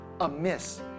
amiss